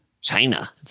China